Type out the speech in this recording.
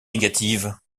négatives